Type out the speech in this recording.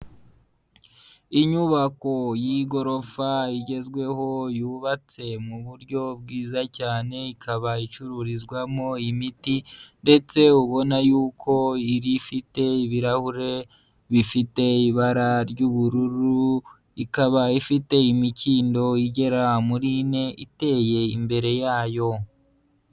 Inyubako y'igorofa igezweho yubatse mu buryo bwiza cyane. Ikaba icururizwamo imiti ndetse ubona yuko ifite ibirahure bifite ibara ry'ubururu, ikaba ifite imikindo igera muri ine iteye imbere yayo.